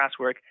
classwork